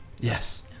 Yes